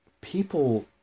people